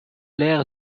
l’air